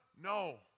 No